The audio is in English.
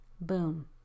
boom